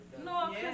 No